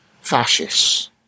fascists